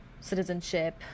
citizenship